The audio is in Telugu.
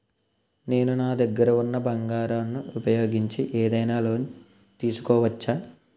నేను నా దగ్గర ఉన్న బంగారం ను ఉపయోగించి ఏదైనా లోన్ తీసుకోవచ్చా?